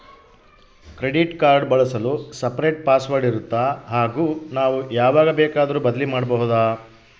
Credit card ಬಳಸಲು separate password ಇರುತ್ತಾ ಹಾಗೂ ನಾವು ಯಾವಾಗ ಬೇಕಾದರೂ ಬದಲಿ ಮಾಡಬಹುದಾ?